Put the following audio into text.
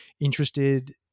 interested